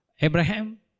Abraham